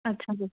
ਅੱਛਾ ਜੀ